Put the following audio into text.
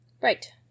Right